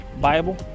Bible